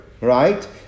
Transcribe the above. right